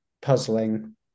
puzzling